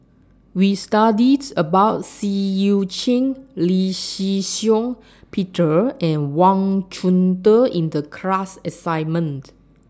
We studied about Seah EU Chin Lee Shih Shiong Peter and Wang Chunde in The class assignment